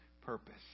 purpose